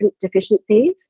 deficiencies